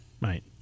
Right